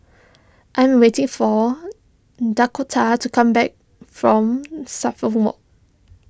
I'm waiting for Dakotah to come back from Suffolk Walk